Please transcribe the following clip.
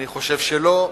אני חושב שלא.